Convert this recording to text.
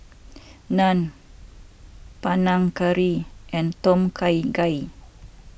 Naan Panang Curry and Tom Kha Gai